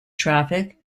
traffic